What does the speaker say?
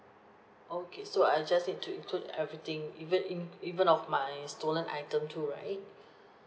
okay so I just need to include everything even in even of my stolen item too right